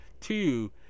Two